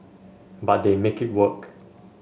but they make it work